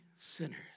sinners